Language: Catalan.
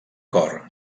cor